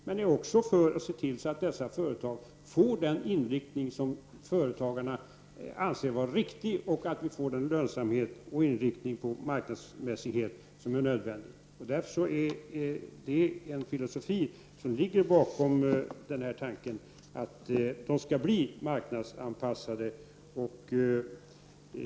Men det gäller också att se till att dessa företag får den inriktning som företagarna anser vara riktig — och att man får den lönsamhet och den inriktning på marknadsmässighet som är nödvändig. Det är den filosofin som ligger bakom den här tanken — att företagen skall bli marknadsanpassade.